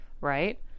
Right